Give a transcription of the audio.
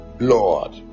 Lord